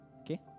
okay